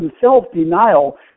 self-denial